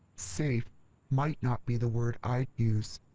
safe might not be the word i'd use.